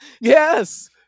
Yes